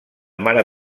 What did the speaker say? mare